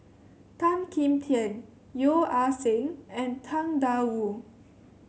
Tan Kim Tian Yeo Ah Seng and Tang Da Wu